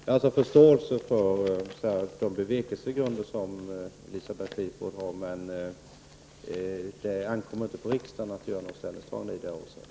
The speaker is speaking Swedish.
Jag har således förståelse för de bevekelsegrunder som Elisabeth Fleetwood har, men det ankommer inte på riksdagen att göra något ställningstagande i detta avseende.